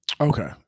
Okay